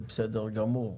זה בסדר גמור.